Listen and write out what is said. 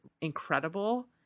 incredible